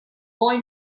boy